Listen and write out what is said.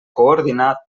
coordinar